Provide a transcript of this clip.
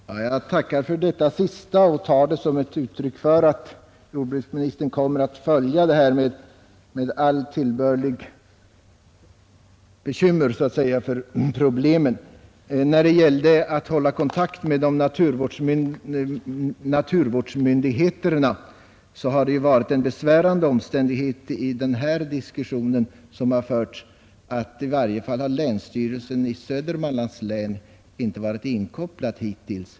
Fru talman! Jag tackar jordbruksministern för detta senaste besked och tar det som ett uttryck för att statsrådet kommer att följa dessa problem med all önskvärd uppmärksamhet. När det gäller att hålla kontakt med naturvårdsmyndigheterna har det varit en besvärande omständighet i den diskussion som förts att länsstyrelsen i Södermanlands län hittills inte har varit inkopplad.